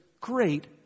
great